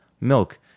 milk